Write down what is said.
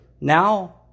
Now